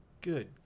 Good